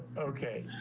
okay.